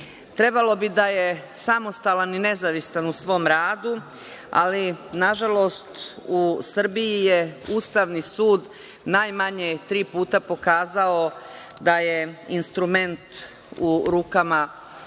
Trebalo bi da je samostalan i nezavistan u svom radu, ali nažalost, u Srbiji je Ustavni sud, najmanje tri puta, pokazao da je instrument u rukama vladajućih